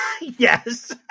Yes